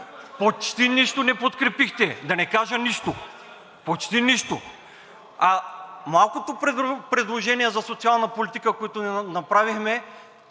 почти нищо не подкрепихте, да не кажа нищо. Почти нищо. А малкото предложения за социална политика, които направихме,